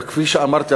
וכפי שאמרתי,